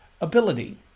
ability